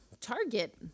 target